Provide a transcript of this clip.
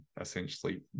essentially